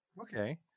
Okay